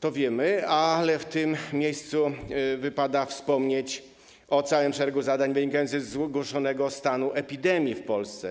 to wiemy, ale w tym miejscu wypada wspomnieć o całym szeregu zadań wynikających z ogłoszonego stanu epidemii w Polsce.